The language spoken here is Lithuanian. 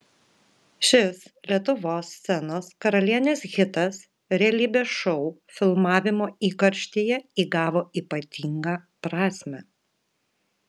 šis lietuvos scenos karalienės hitas realybės šou filmavimo įkarštyje įgavo ypatingą prasmę